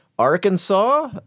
Arkansas